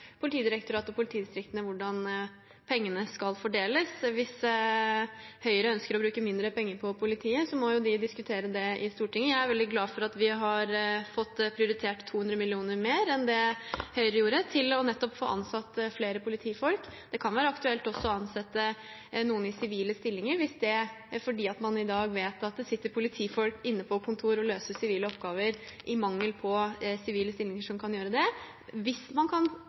Politidirektoratet og politidistriktene. Hvis Høyre ønsker å bruke mindre penger på politiet, må de diskutere det i Stortinget. Jeg er veldig glad for at vi har fått prioritert 200 mill. kr mer enn Høyre gjorde, til nettopp å få ansatt flere politifolk. Det kan være aktuelt også å ansette noen i sivile stillinger – vi vet at det i dag sitter politifolk inne på kontorer og løser sivile oppgaver, i mangel på sivile stillinger som kan gjøre det – hvis man gjennom det kan